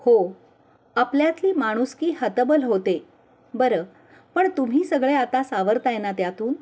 हो आपल्यातली माणुसकी हतबल होते बरं पण तुम्ही सगळे आता सावरत आहे ना त्यातून